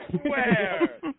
swear